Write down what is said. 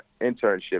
internship